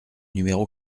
numéro